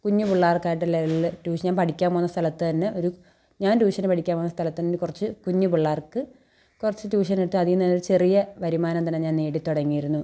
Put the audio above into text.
കുഞ്ഞു പിള്ളേർക്കായിട്ടുള്ള എല്ലാ ട്യൂഷൻ ഞാൻ പഠിക്കാൻ പോകുന്ന സ്ഥലത്ത് തന്നെ ഒരു ഞാൻ ട്യൂഷന് പഠിക്കാൻ പോകുന്ന സ്ഥലത്തന്നെ കുറച്ച് കുഞ്ഞ് പിള്ളാർക്കു കുറച്ച് ട്യൂഷൻ എടുത്ത് അതിൽ നിന്ന് ഉള്ള ഒരു ചെറിയ വരുമാനം തന്നെ ഞാൻ നേടി തുടങ്ങിയിരുന്നു